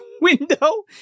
window